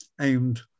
aimed